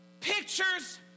pictures